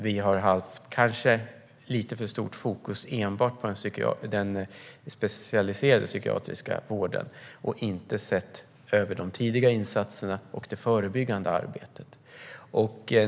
Vi har kanske haft lite för stort fokus på enbart den specialiserade psykiatriska vården och inte sett över de tidiga insatserna och det förebyggande arbetet.